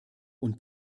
und